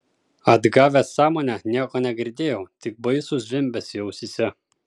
atgavęs sąmonę nieko negirdėjau tik baisų zvimbesį ausyse